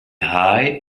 eye